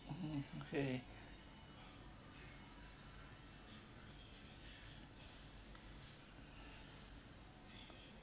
mmhmm okay